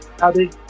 Howdy